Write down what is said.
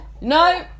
No